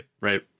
Right